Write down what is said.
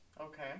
Okay